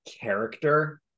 character